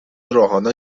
روحانا